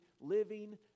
living